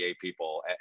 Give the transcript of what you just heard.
people